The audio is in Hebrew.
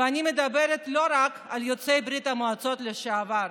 ואני לא מדברת לא רק על יוצאי ברית המועצות לשעבר,